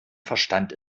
verstand